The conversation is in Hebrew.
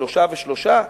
שלושה ושלושה,